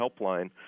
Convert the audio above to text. helpline